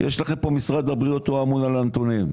יש את משרד הבריאות והוא אמון על הנתונים,